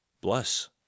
bless